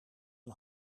een